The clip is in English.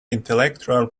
intellectual